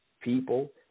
people